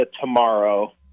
tomorrow